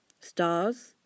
Stars